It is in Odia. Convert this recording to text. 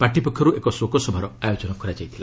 ପାର୍ଟି ପକ୍ଷରୁ ଏକ ଶୋକସଭାର ଆୟୋଜନ କରାଯାଇଥିଲା